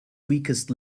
weakest